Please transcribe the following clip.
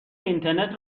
اینترنت